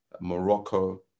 Morocco